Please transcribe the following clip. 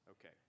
Okay